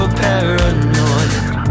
paranoid